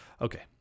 Okay